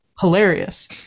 hilarious